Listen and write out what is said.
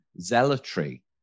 zealotry